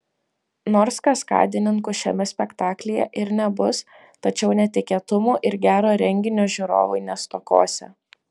nors kaskadininkų šiame spektaklyje ir nebus tačiau netikėtumų ir gero reginio žiūrovai nestokosią